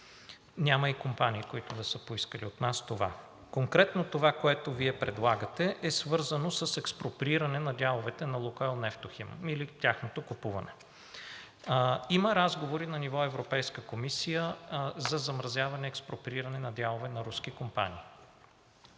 няма и компании, които да са поискали от нас това. Конкретно това, което Вие предлагате, е свързано с експроприиране на дяловете на „Лукойл Нефтохим“ или тяхното купуване. Има разговори на ниво Европейска комисия за замразяване експроприиране на дялове на руски компании.